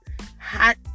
hot